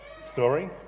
story